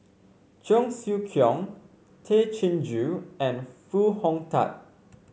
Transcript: Cheong Siew Keong Tay Chin Joo and Foo Hong Tatt